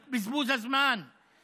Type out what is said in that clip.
את בזבוז הזמן,